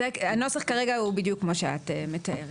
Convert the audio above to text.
הנוסח כרגע הוא בדיוק מה שאת מתארת.